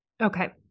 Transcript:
Okay